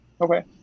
Okay